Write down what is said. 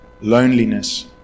loneliness